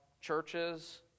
churches